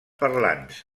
parlants